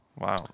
wow